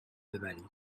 ببرید